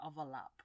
overlap